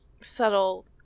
subtle